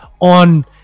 on